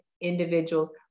individuals